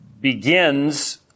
begins